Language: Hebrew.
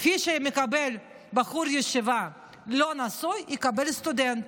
כפי שמקבל בחור ישיבה לא נשוי, יקבל סטודנט,